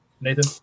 Nathan